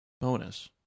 Bonus